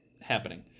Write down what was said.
happening